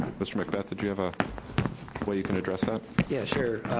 mr. macbeth, did you have a way you can address that? yeah, sure,